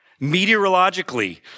Meteorologically